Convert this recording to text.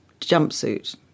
jumpsuit